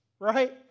right